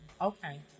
Okay